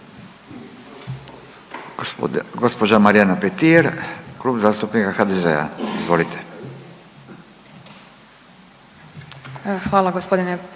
Hvala gospodine